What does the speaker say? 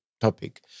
topic